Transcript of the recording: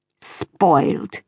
Spoiled